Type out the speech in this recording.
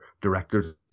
directors